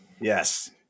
Yes